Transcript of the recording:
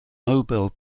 nobel